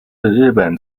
日本